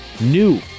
new